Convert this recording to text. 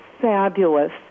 fabulous